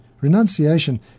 Renunciation